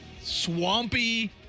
swampy